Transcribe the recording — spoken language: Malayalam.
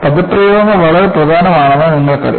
പദപ്രയോഗങ്ങൾ വളരെ പ്രധാനമാണെന്ന് നിങ്ങൾക്കറിയാം